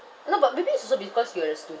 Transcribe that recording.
no but maybe it's also because you're a student